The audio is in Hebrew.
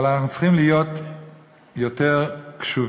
אבל אנחנו צריכים להיות יותר קשובים,